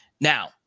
Now